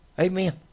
Amen